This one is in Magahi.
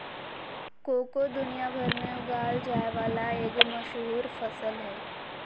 कोको दुनिया भर में उगाल जाय वला एगो मशहूर फसल हइ